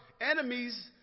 enemies